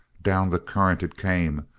down the current it came,